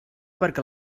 perquè